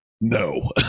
No